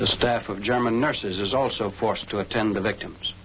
the staff of german nurses is also forced to attend the victims